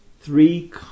three